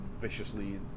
viciously